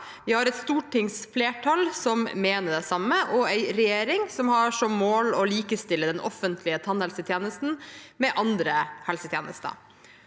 Vi har et stortingsflertall som mener det samme, og en regjering som har som mål å likestille den offentlige tannhelsetjenesten med andre helsetjenester.